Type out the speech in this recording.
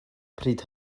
pryd